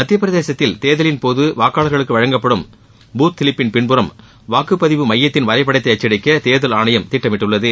மத்தியப்பிரதேசத்தில் தேர்தலின்போது வாக்காளர்களுக்கு வழங்கப்படும் பூத் சிலிப்பின் பின்புறம் வாக்குப்பதிவு மையத்தின் வரைப்படத்தை அச்சடிக்க தேர்தல் ஆணையம் திட்டமிட்டுள்ளது